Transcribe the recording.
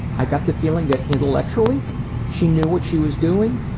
i got the feeling that intellectually she knew what she was doing.